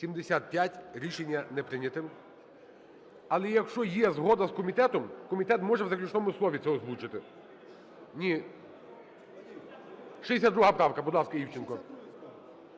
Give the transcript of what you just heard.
За-75 Рішення не прийнято. Але якщо є згода з комітетом, комітет може в заключному слові це озвучити. Ні. 62 правка. Будь ласка, Івченко.